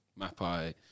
Mapai